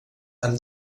amb